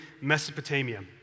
Mesopotamia